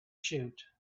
shoot